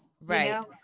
Right